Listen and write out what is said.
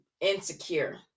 insecure